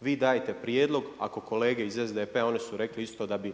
Vi dajte prijedlog, ako kolege iz SDP-a, one su rekle isto da bi